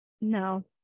No